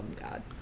God